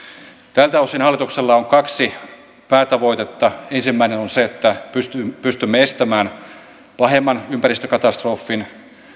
tältä osin hallituksella on kaksi päätavoitetta ensimmäinen on se että pystymme pystymme estämään pahemman ympäristökatastrofin